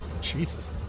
Jesus